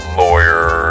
lawyer